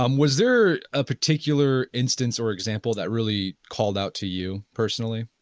um was there a particular instance or example that really called out to you personally?